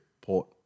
Port